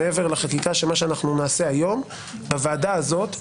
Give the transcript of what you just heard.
מעבר לחקיקה שנעשה בוועדה היום,